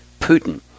Putin